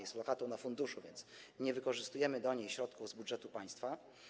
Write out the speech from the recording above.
Jest to lokata na funduszu, więc nie wykorzystujemy do niej środków z budżetu państwa.